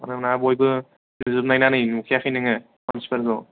मानोना बयबो नुजोबनायना नै नुखायाखै नोङो मानसिफोरखौ